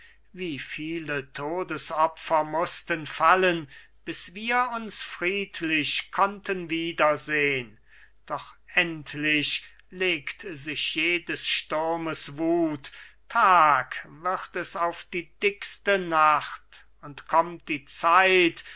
wie viele todesopfer mußten fallen bis wir uns friedlich konnten wiedersehn doch endlich legt sich jedes sturmes wut tag wird es auf die dickste nacht und kommt die zeit